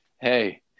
hey